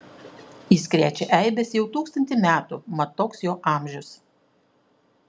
jis krečia eibes jau tūkstantį metų mat toks jo amžius